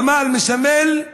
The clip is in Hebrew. הגמל מסמל,